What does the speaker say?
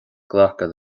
glacadh